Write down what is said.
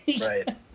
Right